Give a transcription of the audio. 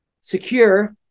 secure